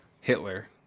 Hitler